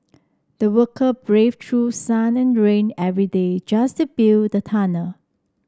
the worker braved through sun and rain every day just to build the tunnel